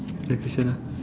next question lah